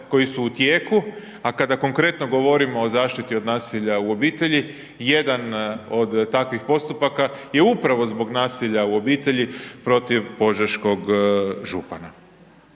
koji su u tijeku a kada konkretno govorimo o zaštiti od nasilja u obitelji, jedan od takvih postupaka je upravo zbog nasilja u obitelji protiv požeškog župana.